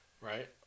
Right